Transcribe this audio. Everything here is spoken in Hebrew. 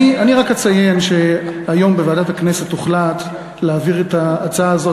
אני רק אציין שהיום בוועדת הכנסת הוחלט להעביר את ההצעה הזאת,